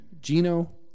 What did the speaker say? Gino